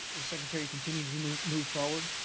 the secretary continues to move move forward,